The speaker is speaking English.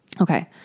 Okay